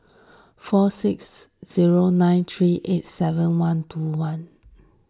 four six zero nine three eight seven one two one